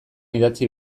idatzi